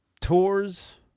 tours